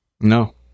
No